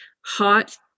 hot